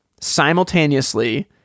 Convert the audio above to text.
simultaneously